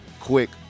quick